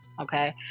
okay